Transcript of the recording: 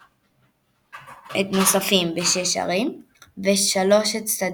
אושר למונדיאל 2026. קנדה,